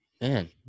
Man